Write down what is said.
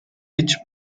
each